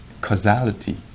causality